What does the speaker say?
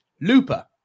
Looper